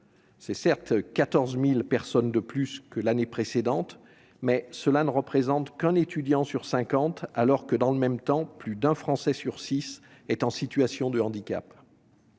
c'est certes 14 000 personnes de plus que l'année précédente, mais cela ne représente qu'un étudiant sur cinquante, alors que plus d'un Français sur six est en situation de handicap.